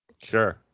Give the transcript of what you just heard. sure